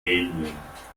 alien